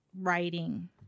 writing